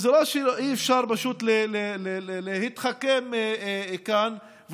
זה לא שאי-אפשר פשוט להתחכם כאן.